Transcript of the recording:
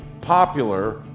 popular